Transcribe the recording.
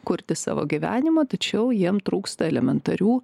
kurti savo gyvenimą tačiau jiem trūksta elementarių